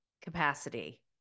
capacity